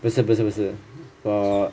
不是不是不是 for